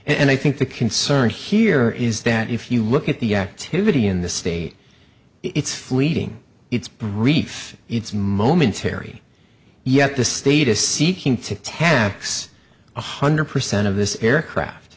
and i think the concern here is that if you look at the activity in the state it's fleeting it's brief it's momentary yet the state is seeking to ten x one hundred percent of this aircraft